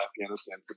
Afghanistan